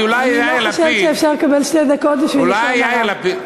אני לא חושבת שאפשר לקבל שתי דקות בשביל לשון הרע.